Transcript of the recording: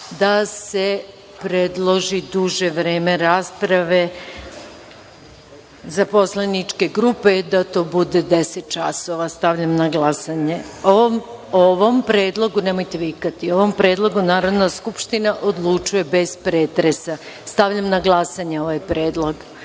da se predloži duže vreme rasprave za poslaničke grupe, da to bude 10 časova.(Vojislav Šešelj, s mesta: Poslovnik.)Nemojte vikati.O ovom predlogu Narodna skupština odlučuje bez pretresa. Stavljam na glasanje ovaj predlog. Molim